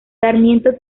sarmiento